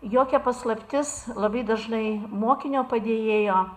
jokia paslaptis labai dažnai mokinio padėjėjo